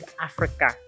Africa